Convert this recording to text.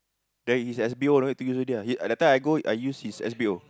then his S_B_O no need to use already ah he~ that time I go I use his S_B_O